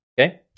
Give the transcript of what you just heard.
Okay